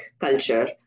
culture